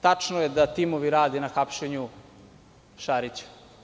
Tačno je da timovi rade na hapšenju Šarića.